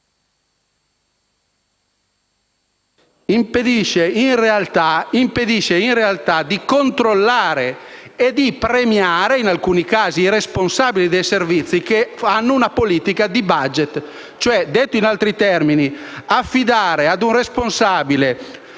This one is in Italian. impedisce in realtà di controllare e di premiare, in alcuni casi, i responsabili dei servizi che fanno una politica di *budget*. Detto in altri termini, affidare ad un responsabile